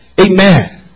Amen